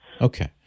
Okay